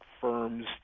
firms